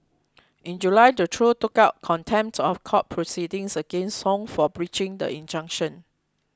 in July the trio took out contempts of court proceedings against Song for breaching the injunction